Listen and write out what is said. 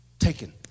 taken